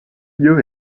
lieu